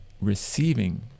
receiving